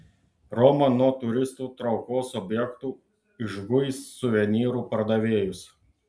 roma nuo turistų traukos objektų išguis suvenyrų pardavėjus